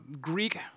Greek